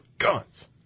guns